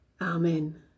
Amen